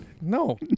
No